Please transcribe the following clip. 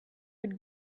would